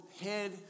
head